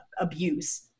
abuse